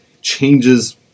changes